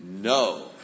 No